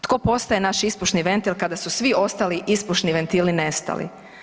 Tko postaje naš ispušni ventil kada su svi ostali ispušni ventili nestali?